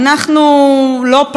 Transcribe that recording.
אנחנו לא פעם,